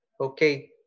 Okay